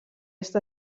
està